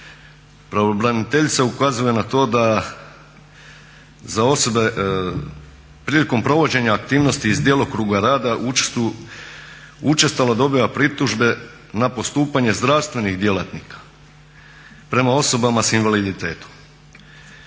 Pravobraniteljica ukazuje na to da za osobe prilikom provođenja aktivnosti iz djelokruga rada učestalo dobiva pritužbe na postupanje zdravstvenih djelatnika prema osobama s invaliditetom.